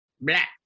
black